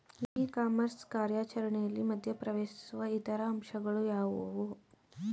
E commerce ಕಾರ್ಯಾಚರಣೆಯಲ್ಲಿ ಮಧ್ಯ ಪ್ರವೇಶಿಸುವ ಇತರ ಅಂಶಗಳು ಯಾವುವು?